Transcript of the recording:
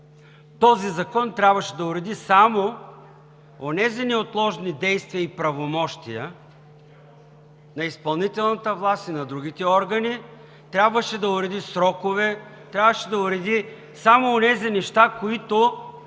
Този закон трябваше да уреди само онези неотложни действия и правомощия на изпълнителната власт и на другите органи, трябваше да уреди срокове, трябваше да уреди само онези неща, които